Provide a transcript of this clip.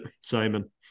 Simon